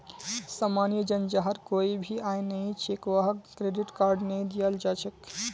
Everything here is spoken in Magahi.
सामान्य जन जहार कोई भी आय नइ छ वहाक क्रेडिट कार्ड नइ दियाल जा छेक